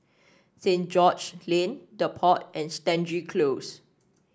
Saint George's Lane The Pod and Stangee Close